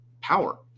power